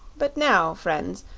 but now, friends,